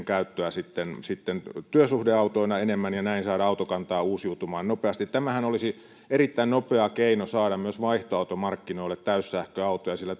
käyttöä sitten sitten työsuhdeautoina enemmän ja näin saada autokantaa uusiutumaan nopeasti tämähän olisi erittäin nopea keino saada myös vaihtoautomarkkinoille täyssähköautoja sillä